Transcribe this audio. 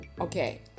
Okay